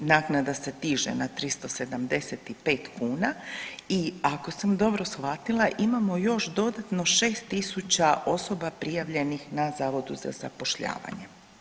Naknada se diže na 375 kuna i ako sam dobro shvatila imamo još dodatno 6.000 osoba prijavljenih na Zavodu za zapošljavanje.